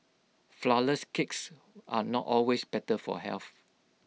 Flourless Cakes are not always better for health